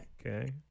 okay